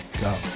go